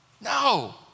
No